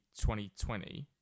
2020